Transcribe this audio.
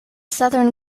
southern